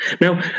Now